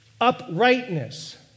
uprightness